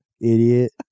Idiot